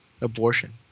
Abortion